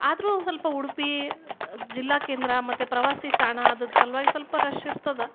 ಆದರೂ ಸ್ವಲ್ಪ ಉಡುಪಿ ಜಿಲ್ಲಾ ಕೇಂದ್ರ ಮತ್ತು ಪ್ರವಾಸಿ ತಾಣ ಅದ್ರದ್ ಸಲ್ವಾಗಿ ಸ್ವಲ್ಪ ರಷ್ ಇರ್ತದೆ